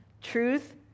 truth